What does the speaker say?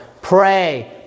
pray